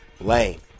lane